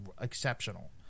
exceptional